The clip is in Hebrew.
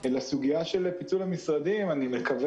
אני מקווה